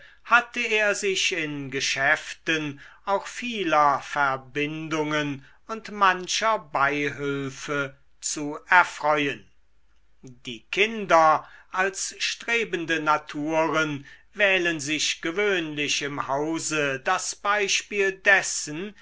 hatte er sich in geschäften auch vieler verbindungen und mancher beihülfe zu erfreuen die kinder als strebende naturen wählen sich gewöhnlich im hause das beispiel dessen